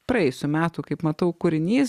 praėjusių metų kaip matau kūrinys